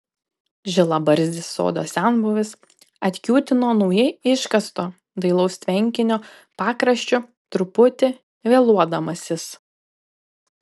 žilabarzdis sodo senbuvis atkiūtino naujai iškasto dailaus tvenkinio pakraščiu truputį vėluodamasis